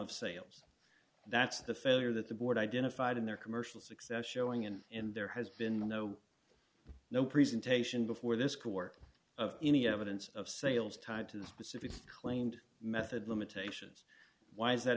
of sales that's the failure that the board identified in their commercial success showing and and there has been no no presentation before this core of any evidence of sales tied to the specific claimed method limitations why is that